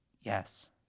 yes